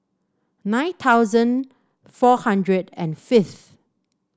nine thousand four hundred and fifth